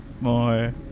more